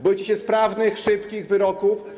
Boicie się sprawnych, szybkich wyroków.